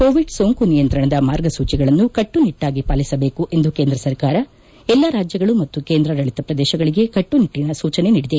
Covid ಸೋಂಕು ನಿಯಂತ್ರಣದ ಮಾರ್ಗಸೊಚಿಗಳನ್ನು ಕಟ್ಟುನಿಟ್ಟಾಗಿ ಪಾಲಿಸಬೇಕು ಎಂದು ಕೇಂದ್ರ ಸರ್ಕಾರ ಎಲ್ಲಾ ರಾಜ್ಯಗಳು ಮತ್ತು ಕೇಂದ್ರಾಡಳಿತ ಪ್ರದೇಶಗಳಿಗೆ ಕಟ್ಟುನಿಟ್ಲಿನ ಸೂಚನೆ ನೀಡಿದೆ